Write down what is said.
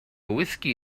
whiskey